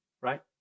right